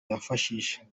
yifashishije